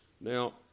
Now